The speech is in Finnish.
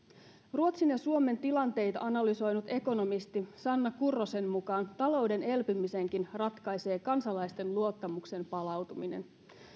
ruotsin ja suomen tilanteita analysoineen ekonomisti sanna kurrosen mukaan talouden elpymisenkin ratkaisee kansalaisten luottamuksen palautuminen